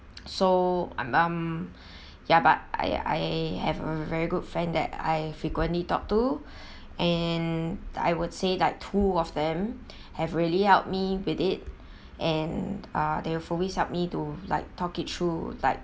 so um ya but I I have a very good friend that I frequently talk to and I would say like two of them have really helped me with it and uh they've always helped me to like talk it through like